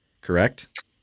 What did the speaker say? Correct